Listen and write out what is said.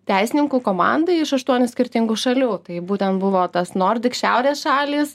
teisininkų komandai iš aštuonių skirtingų šalių tai būtent buvo tas nordik šiaurės šalys